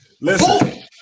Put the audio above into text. Listen